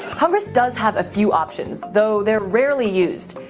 congress does have a few options, though though rarely used.